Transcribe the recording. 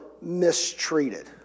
mistreated